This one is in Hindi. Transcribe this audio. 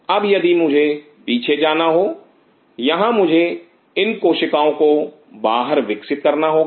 अब यदि मुझे पीछे जाना हो यहां मुझे इन कोशिकाओं को बाहर विकसित करना होगा